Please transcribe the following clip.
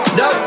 no